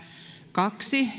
kaksi